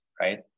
right